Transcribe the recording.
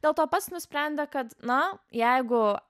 dėl to pats nusprendė kad na jeigu